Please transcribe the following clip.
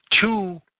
Two